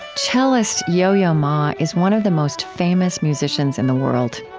cellist yo-yo ma is one of the most famous musicians in the world.